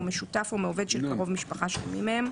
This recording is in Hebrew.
או משותף או מעובד של קרוב משפחה של מי מהם.